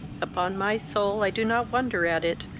upon my soul i do not wonder at it,